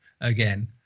again